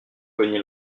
cognée